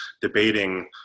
debating